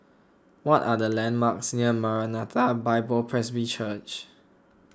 what are the landmarks near Maranatha Bible Presby Church